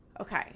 Okay